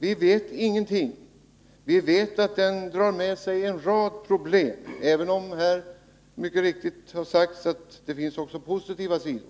Vi vet att den drar med sig en rad problem, även om det är riktigt som här har sagts att det också finns positiva sidor.